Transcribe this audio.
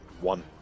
one